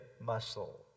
muscle